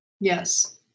Yes